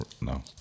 no